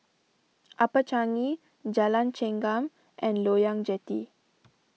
Upper Changi Jalan Chengam and Loyang Jetty